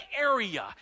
area